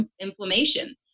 inflammation